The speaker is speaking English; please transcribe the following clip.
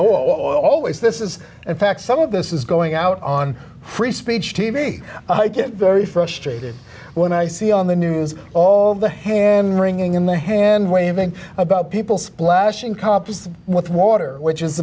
always this is in fact some of this is going out on free speech t v i get very frustrated when i see on the news all the hand wringing in the hand waving about people splashing kopassus with water which is